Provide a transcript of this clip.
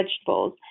vegetables